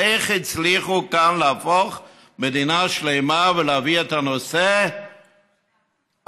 איך הצליחו כאן להפוך מדינה שלמה ולהביא את הנושא הדתי,